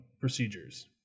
procedures